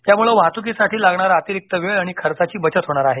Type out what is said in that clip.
यामुळे वाहतुकीसाठी लागणारा अतिरिक्त वेळ आणि खर्चाची बचत होणार आहे